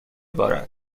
بارد